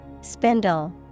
Spindle